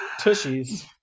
tushies